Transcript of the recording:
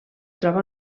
troba